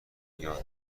یاد